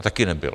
A taky nebyl.